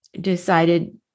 decided